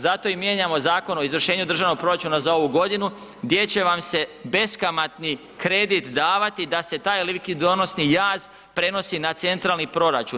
Zato i mijenjamo Zakon o izvršenju državnog proračuna za ovu godinu gdje će vam se beskamatni kredit davati da se taj likvidonosni jaz prenosi na centralni proračun.